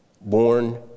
born